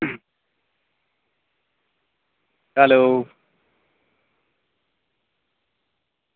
hello